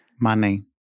Money